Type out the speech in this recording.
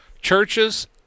Churches